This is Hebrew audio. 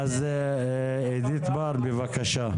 אידית בר, בבקשה.